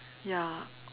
ya